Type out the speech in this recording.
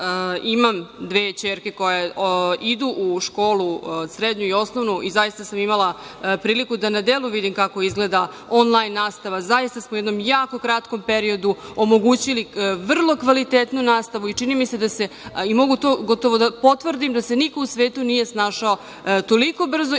da imam dve ćerke koje idu u školu, srednju i osnovnu, i zaista sam imala priliku da na delu vidim kako izgleda onlajn nastava. Zaista smo u jednom jako kratkom periodu omogućili vrlo kvalitetnu nastavu i čini mi se i mogu to gotovo i da potvrdim da se niko u svetu nije snašao toliko brzo